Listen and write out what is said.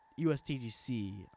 USTGC